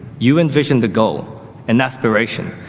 you envisioned the goal and aspiration.